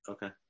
Okay